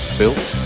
built